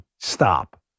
stop